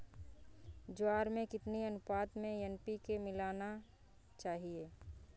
ज्वार में कितनी अनुपात में एन.पी.के मिलाना चाहिए?